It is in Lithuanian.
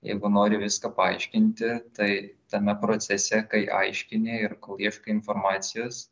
jeigu nori viską paaiškinti tai tame procese kai aiškini ir kol ieškai informacijos